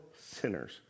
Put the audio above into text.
sinners